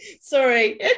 Sorry